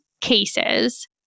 cases